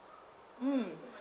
um